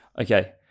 Okay